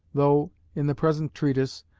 though, in the present treatise,